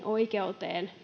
oikeuteen